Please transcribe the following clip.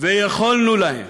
ויכולנו להם.